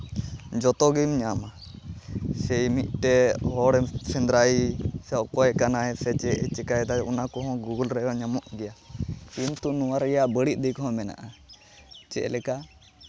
ᱡᱚᱛᱚᱜᱮᱢ ᱧᱟᱢᱟ ᱥᱮ ᱢᱤᱫᱴᱮᱡ ᱦᱚᱲ ᱮᱢ ᱥᱮᱸᱫᱽᱨᱟᱭ ᱥᱮ ᱚᱠᱚᱭ ᱠᱟᱱᱟᱭ ᱥᱮ ᱪᱮᱫ ᱪᱤᱠᱟᱭᱫᱟᱭ ᱚᱱᱟ ᱠᱚᱦᱚᱸ ᱜᱩᱜᱳᱞ ᱨᱮ ᱧᱟᱢᱚᱜ ᱜᱮᱭᱟ ᱠᱤᱱᱛᱩ ᱱᱚᱣᱟ ᱨᱮᱭᱟᱜ ᱵᱟᱹᱲᱤᱡ ᱫᱤᱠ ᱦᱚᱸ ᱢᱮᱱᱟᱜᱼᱟ ᱪᱮᱫ ᱞᱮᱠᱟ